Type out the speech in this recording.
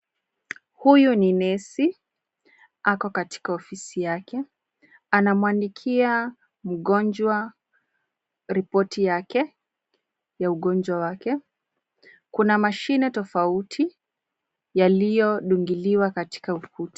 Huyu ni nesi, ako katika ofisi yake. Anamwandikia mgonjwa ripoti yake ya ugonjwa wake. Kuna mashine tofauti yaliyodungiliwa katika ukuta.